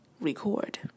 record